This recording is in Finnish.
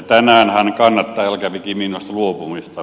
tänään hän kannattaa jalkaväkimiinoista luopumista